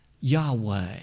Yahweh